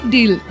Deal